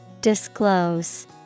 Disclose